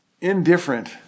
indifferent